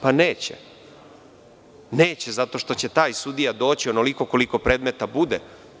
Pa neće, zato što će taj sudija doći onoliko koliko predmeta bude.